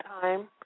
time